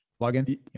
login